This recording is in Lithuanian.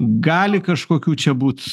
gali kažkokių čia būt